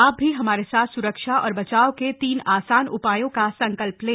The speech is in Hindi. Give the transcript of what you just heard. आप भी हमारे साथ सुरक्षा और बचाव के तीन आसान उपायों का संकल्प लें